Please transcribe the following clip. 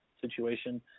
situation